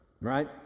right